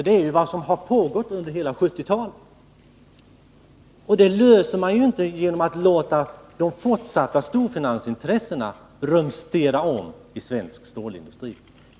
Det är vad som har pågått under hela 1970-talet. Man löser inte det hela genom att låta storfinansintressena rumstera om i svensk stålindustri.